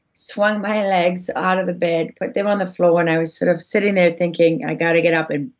swung my legs out of the bed, put them on the floor, when i was sort of sitting there thinking, i gotta get up and,